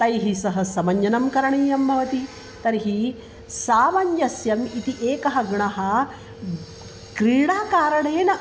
तैः सह समञ्जनं करणीयं भवति तर्हि सामञ्जस्यम् इति एकः गुणः क्रीडाकारणेन